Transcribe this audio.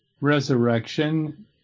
resurrection